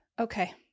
Okay